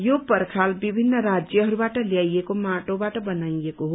यो पर्खाल विभित्र राज्यहरूबाट ल्याइएको माटोबाट बनाइएको छ